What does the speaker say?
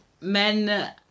men